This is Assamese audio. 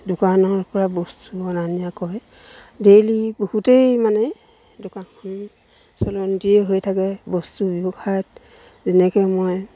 দোকানৰপৰা বস্তু অনা নিয়া কৰে ডেইলি বহুতেই মানে দোকানখন হৈ থাকে বস্তু ব্যৱসায়ত যেনেকৈ মই